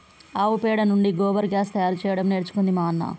ఆవు పెండ నుండి గోబర్ గ్యాస్ తయారు చేయడం నేర్చుకుంది మా అన్న